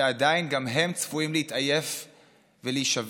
ועדיין גם הם צפויים להתעייף ולהישבר.